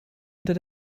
unter